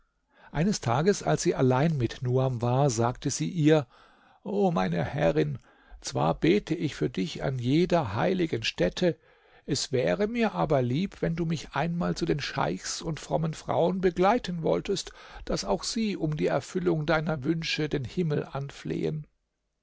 eines tages als sie allein mit nuam war sagte sie ihr o meine herrin zwar bete ich für dich an jeder heiligen stätte es wäre mir aber lieb wenn du mich einmal zu den scheichs und frommen frauen begleiten wolltest daß auch sie um die erfüllung deiner wünsche den himmel anflehen